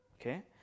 Okay